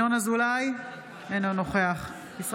אינו נוכח ינון אזולאי,